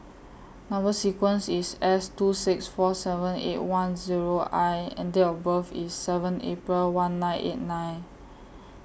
Number sequence IS S two six four seven eight one Zero I and Date of birth IS seven April one nine eight nine